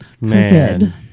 man